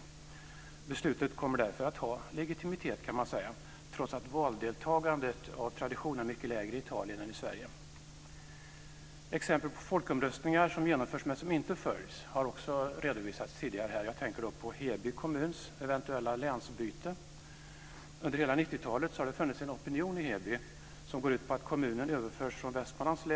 Man kan därför säga att beslutet kommer att ha legitimitet, trots att valdeltagandet av tradition är mycket lägre i Italien än i Sverige. Exempel på folkomröstningar som genomförs men som inte följs har också redovisats tidigare här. Jag tänker då på Heby kommuns eventuella länsbyte. Under hela 90-talet har det funnits en opinion i Heby som går ut på att kommunen överförs från Västmanlands